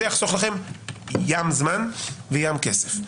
זה יחסוך לכם "ים זמן" ו"ים כסף".